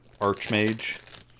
Archmage